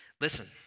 Listen